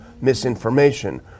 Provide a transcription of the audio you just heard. misinformation